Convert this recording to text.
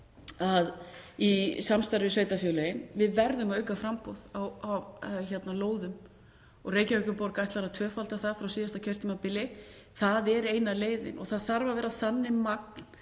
í samstarfi við sveitarfélögin, er að við verðum að auka framboð á lóðum. Reykjavíkurborg ætlar að tvöfalda það frá síðasta kjörtímabili. Það er eina leiðin og það þarf að vera þannig magn